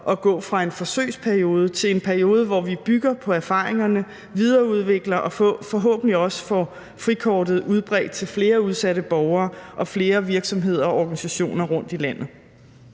at gå fra en forsøgsperiode til en periode, hvor vi bygger på erfaringerne, videreudvikler og forhåbentlig også får frikortet udbredt til flere udsatte borgere og flere virksomheder og organisationer rundt i landet.